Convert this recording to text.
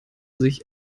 sich